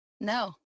No